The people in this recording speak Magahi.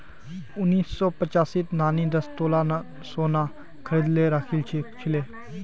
उन्नीस सौ पचासीत नानी दस तोला सोना खरीदे राखिल छिले